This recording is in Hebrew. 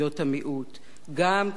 גם כיבוד כללי המשחק,